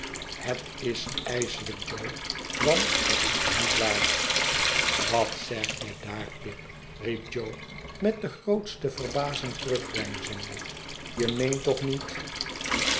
het is ijsel'ijk jo want het is niet waar wat zeg je daar pip riep jo met de grootste verbazing terugdeinzende je meent toch niet